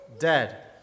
dead